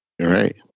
Right